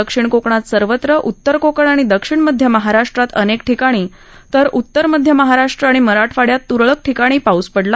दक्षिण कोकणात सर्वत्र उत्तर कोकण आणि दक्षिण मध्य महाराष्ट्रात अनेक ठिकाणी तर उत्तर मध्य महाराष्ट्र आणि मराठवाडयात तुरळक ठिकाणी पाऊस पडला